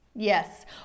Yes